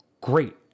great